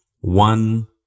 one